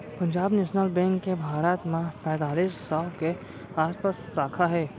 Punjab National Bank के भारत म पैतालीस सौ के आसपास साखा हे